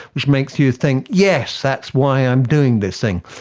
which makes you think, yes, that's why i'm doing this thing,